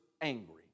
angry